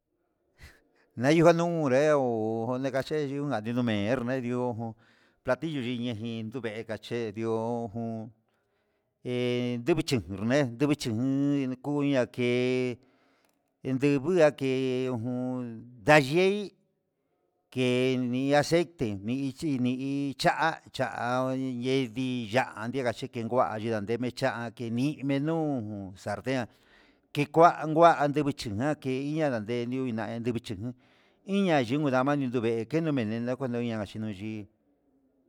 Nayunka nuu nreo ndekache yuu nduka me'e ermedio hó ndayillo ndeji ien ndindu nduvekache ndió jun hé ndivichu ngorne'e, ndivichu nenekuña kee endeguia ke'e, ujun ndaye'i keni aceite ndechi nii cha cha yedii ya'á anyeka yini kuá yedan, ndeme cha'a kemi menuu salten ke kua kua ndemi chinga ke iña ndendiu nduina yumichi jun inña yuku ndamani nduveke kenomeneno kueno ya'a yinoyi.